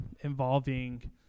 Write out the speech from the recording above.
involving